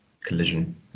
collision